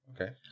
Okay